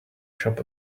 shop